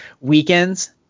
Weekends